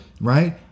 Right